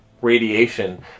radiation